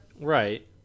Right